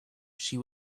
she